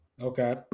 okay